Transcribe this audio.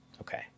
Okay